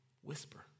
whisper